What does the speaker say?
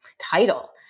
title